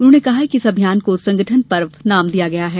उन्होंने कहा कि इस अभियान को संगठन पर्व नाम दिया गया है